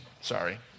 Sorry